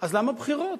אז למה בחירות?